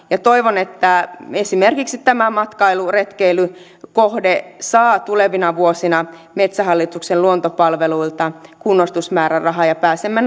ja toivon että esimerkiksi tämä matkailu retkeilykohde saa tulevina vuosina metsähallituksen luontopalveluilta kunnostusmäärärahaa ja pääsemme